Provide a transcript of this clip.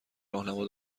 راهنما